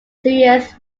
serious